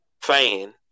fan